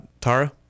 Tara